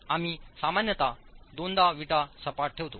आम्ही सामान्यत दोनदा विटा सपाट ठेवतो